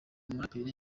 muraperi